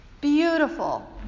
beautiful